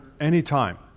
anytime